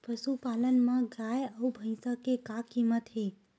पशुपालन मा गाय अउ भंइसा के का कीमत हे?